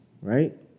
right